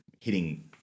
hitting